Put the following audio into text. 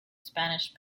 spanish